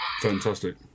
Fantastic